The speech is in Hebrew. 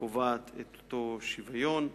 הקובעת את אותו שוויון.